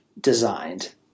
designed